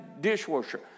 dishwasher